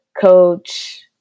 coach